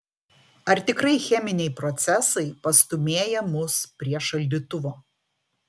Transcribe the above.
ar tikrai cheminiai procesai pastūmėja mus prie šaldytuvo